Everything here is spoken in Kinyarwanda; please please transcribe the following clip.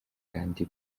kandi